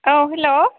औ हेलौ